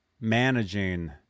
managing